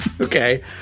Okay